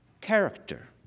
character